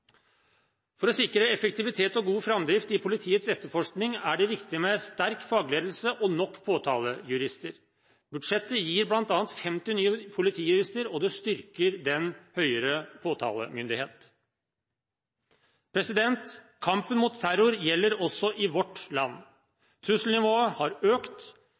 For å sikre effektivitet og god framdrift i politiets etterforskning er det viktig med sterk fagledelse og nok påtalejurister. Budsjettet gir bl.a. 50 nye politijurister, og det styrker den høyere påtalemyndighet. Kampen mot terror gjelder også i vårt land. Trusselnivået har økt.